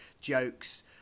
jokes